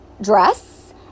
dress